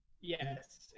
Yes